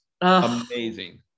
amazing